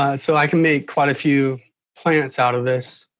ah so i can make quite a few plants out of this.